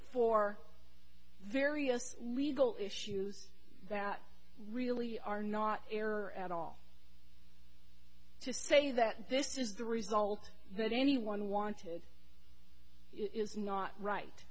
for various legal issues that really are not fair at all to say that this is the result that anyone wanted is not right